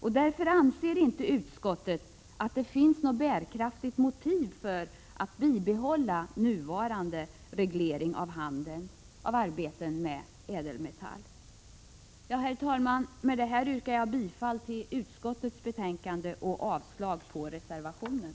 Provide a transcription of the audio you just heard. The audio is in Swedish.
Utskottet anser därför att det inte finns något bärkraftigt motiv för att bibehålla den nuvarande regleringen av handel och arbete med ädelmetaller. Herr talman! Med detta yrkar jag bifall till utskottets hemställan och avslag på reservationen.